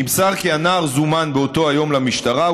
נמסר כי הנער זומן באותו היום למשטרה.